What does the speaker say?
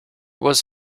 was